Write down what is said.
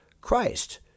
Christ